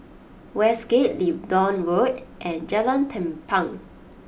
Westgate Leedon Road and Jalan Tampang